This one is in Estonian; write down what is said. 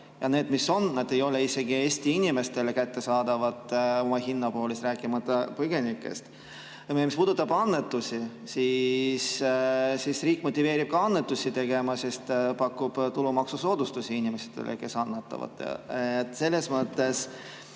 Need, mis on, ei ole isegi Eesti inimestele kättesaadavad oma hinna poolest, rääkimata põgenikest. Mis puudutab annetusi, siis riik motiveerib ka annetusi tegema, sest pakub tulumaksusoodustusi inimestele, kes annetavad. Põhiargument,